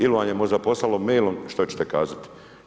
Ili vam je možda poslalo mailom što ćete kazati.